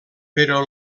però